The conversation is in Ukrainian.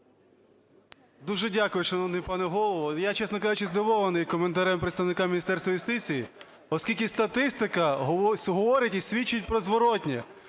Дуже дякую, шановний пане Голово. Я, чесно кажучи, здивований коментарем представника Міністерства юстиції, оскільки статистика говорить і свідчить про зворотне.